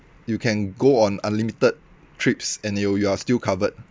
you can go on unlimited trips and you you are still covered